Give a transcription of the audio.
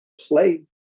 play